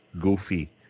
goofy